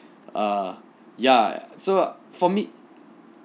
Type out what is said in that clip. err ya so for me